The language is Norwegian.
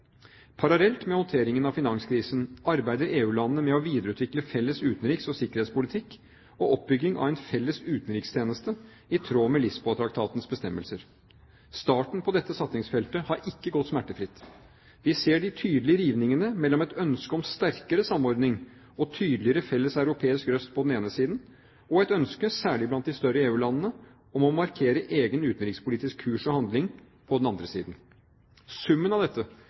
Parallelt med håndteringen av finanskrisen arbeider EU-landene med å videreutvikle en felles utenriks- og sikkerhetspolitikk og oppbygging av en felles utenrikstjeneste i tråd med Lisboa-traktatens bestemmelser. Starten på dette satsingsfeltet har ikke gått smertefritt. Vi ser de tydelige rivningene mellom et ønske om sterkere samordning og tydeligere felles europeisk røst på den ene siden og et ønske, særlig blant de større EU-landene, om å markere egen utenrikspolitisk kurs og handling på den andre siden. Summen av dette